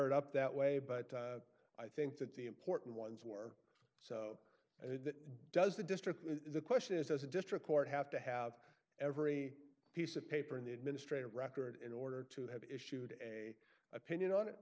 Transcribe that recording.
it up that way but i think that the important ones were and it does the district the question is as a district court have to have every piece of paper in the administrative record in order to have issued an opinion on it